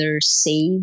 save